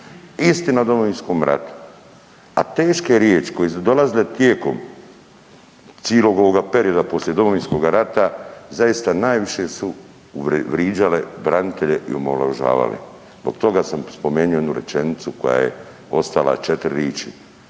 istina o Domovinskom ratu, a teške riječi koje su dolazile tijekom cijelog ovog perioda poslije Domovinskoga rata zaista najviše su vrijeđale branitelje i omalovažavale. Zbog toga sam spomenuo jednu rečenicu koja je ostala četiri riječi